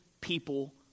people